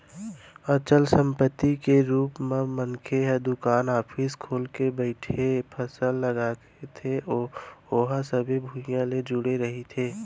अचल संपत्ति के रुप म मनखे ह दुकान, ऑफिस खोल के बइठथे, फसल लगाथे ओहा सबे भुइयाँ ले जुड़े रहिथे